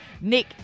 Nick